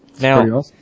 Now